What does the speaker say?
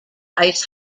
ice